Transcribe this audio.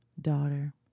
Daughter